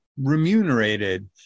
remunerated